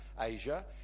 Asia